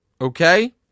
Okay